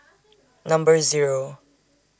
Number Zero